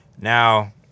Now